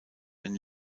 and